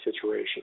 situation